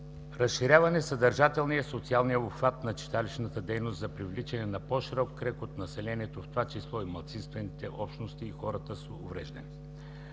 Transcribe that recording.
разширяване съдържателния и социалния обхват на читалищната дейност за привличане на по-широк кръг от населението, в това число малцинствените общности и хората с увреждания;